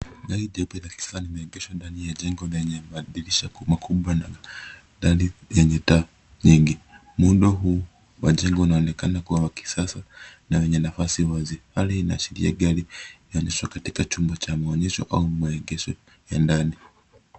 Gari jeupe la kisasa limeegeshwa ndani ya jengo lenye madirisha makubwa na dari yenye taa nyingi. Muundo huu wa jengo unaonekana kuwa wa kisasa na wenye nafasi wazi. Hali hii inaashiria gari inaonyeshwa katika chumba cha maonyesho au maegesho ya ndani.